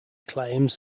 claims